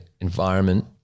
environment